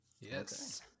Yes